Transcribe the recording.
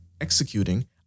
executing